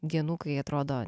dienų kai atrodo